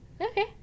okay